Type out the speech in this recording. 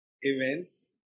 events